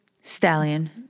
stallion